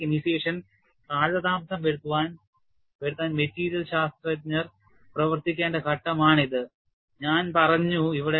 crack initiation കാലതാമസം വരുത്താൻ material ശാസ്ത്രജ്ഞർ പ്രവർത്തിക്കേണ്ട ഘട്ടമാണിതെന്ന് ഞാൻ പറഞ്ഞു